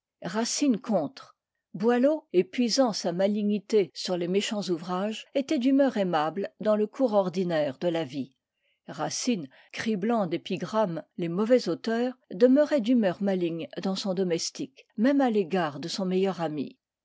contre boileau épuisant sa malignité sur les méchants ouvrages était d'humeur aimable dans le cours ordinaire de la vie racine criblant d'épigrammes les mauvais auteurs demeurait d'humeur maligne dans son domestique même à l'égard de son meilleur ami